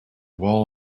wall